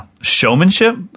showmanship